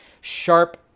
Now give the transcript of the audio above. sharp